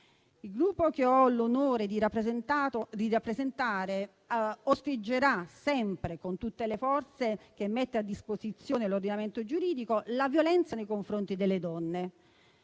Il Gruppo che ho l'onore di rappresentare osteggerà sempre, con tutte le forze che mette a disposizione l'ordinamento giuridico, la violenza nei confronti delle donne.